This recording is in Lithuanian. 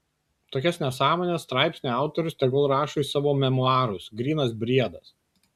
tokias nesąmones straipsnio autorius tegul rašo į savo memuarus grynas briedas